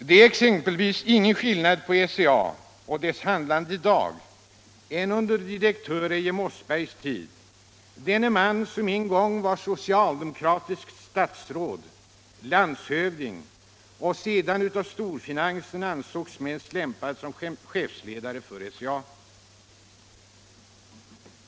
Det är exempelvis ingen skillnad på SCA och bolagets handlande i dag, jämfört med hur det var under direktör Eje Mossbergs tid, denne man som en gång var socialdemokratiskt statsråd och landshövding och som sedan av storfinansen ansågs vara mest lämpad som chef för SCA.